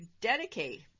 dedicate